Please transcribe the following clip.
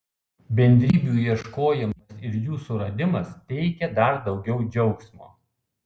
bendrybių ieškojimas ir jų suradimas teikia dar daugiau džiaugsmo